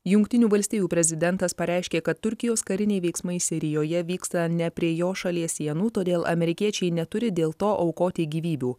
jungtinių valstijų prezidentas pareiškė kad turkijos kariniai veiksmai sirijoje vyksta ne prie jo šalies sienų todėl amerikiečiai neturi dėl to aukoti gyvybių